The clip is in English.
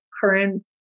current